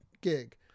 gig